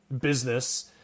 business